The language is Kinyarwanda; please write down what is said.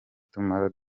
tumara